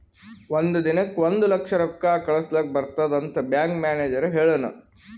ಒಂದ್ ದಿನಕ್ ಒಂದ್ ಲಕ್ಷ ರೊಕ್ಕಾ ಕಳುಸ್ಲಕ್ ಬರ್ತುದ್ ಅಂತ್ ಬ್ಯಾಂಕ್ ಮ್ಯಾನೇಜರ್ ಹೆಳುನ್